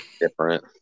different